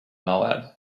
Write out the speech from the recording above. moab